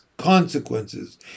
consequences